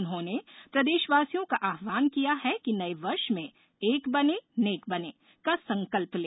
उन्होंने प्रदेशवासियों का आव्हान किया है कि नये वर्ष में एक बने नेक बने का संकल्प लें